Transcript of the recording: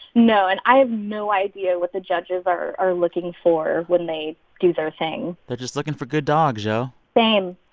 no, and i have no idea what the judges are are looking for when they do their thing they're just looking for a good dogs, yo same